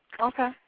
Okay